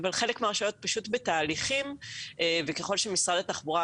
אבל חלק מהרשויות פשוט בתהליכים וככל שמשרד התחבורה,